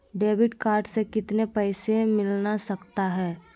Debit card से कितने पैसे मिलना सकता हैं?